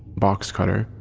box cutter,